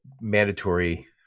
mandatory